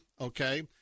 okay